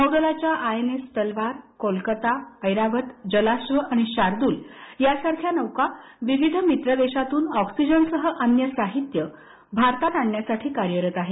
नौदलाच्या आयएनएस तलवार कोलकाता एरावत जलाध आणि शार्दूल या नौका विविध मित्र देशातून ऑक्सीजनसह अन्य साहित्य भारतात आणण्यासाठी कार्यरत आहेत